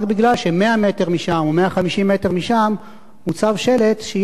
מטר משם או 150 מטר משם ניצב שלט שאי-אפשר לראות אותו,